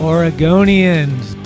Oregonians